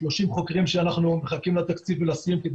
30 חוקרים שאנחנו מחכים לתקציב בכדי